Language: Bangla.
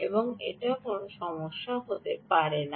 সুতরাং যে কোনও সমস্যা হতে পারে না